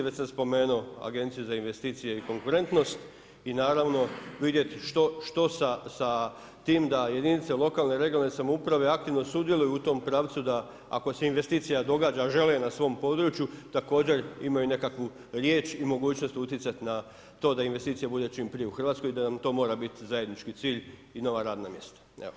Već sam spomenuo Agenciju za investicije i konkurentnost i naravno vidjeti što sa tim da jedinice lokalne (regionalne) samouprave aktivno sudjeluju u tom pravcu da, ako se investicija događa, a žele je na svom području također imaju nekakvu riječ i mogućnost utjecati na to da investicija bude čim prije u Hrvatskoj i da nam to mora biti zajednički cilj i nova radna mjesta.